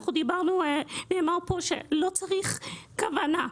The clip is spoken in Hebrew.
נאמר פה שלא צריך כוונה,